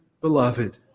beloved